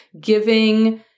giving